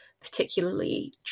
particularly